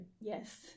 Yes